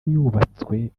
yubatswe